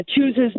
chooses